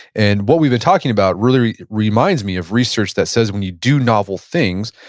and what we've been talking about really reminds me of research that says when you do novel things,